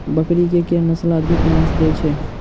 बकरी केँ के नस्ल अधिक मांस दैय छैय?